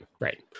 right